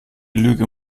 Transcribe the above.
lüge